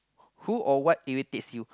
who or what irritates you